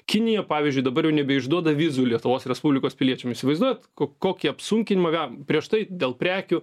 kinija pavyzdžiui dabar jau nebeišduoda vizų lietuvos respublikos piliečiam įsivaizduojat ko kokį apsunkinimą gavom prieš tai dėl prekių